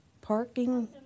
parking